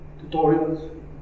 tutorials